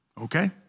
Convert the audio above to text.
Okay